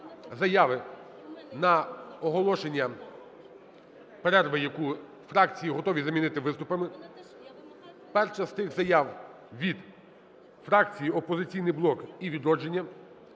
заяви на оголошення перерви, яку фракції готові замінити виступами. Перша з тих заяв від фракції "Опозиційний блок" і "Відродження".